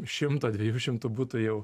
šimto dviejų šimtų butų jau